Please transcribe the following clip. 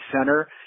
center